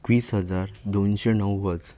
एकवीस हजार दोनशे णव्वद